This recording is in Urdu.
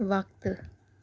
وقت